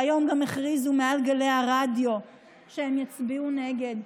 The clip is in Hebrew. שהיום גם הכריזו מעל גלי הרדיו שהם יצביעו נגד.